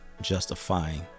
justifying